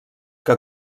que